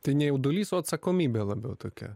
tai ne jaudulys o atsakomybė labiau tokia